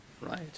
right